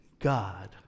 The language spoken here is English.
God